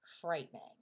frightening